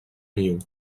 niu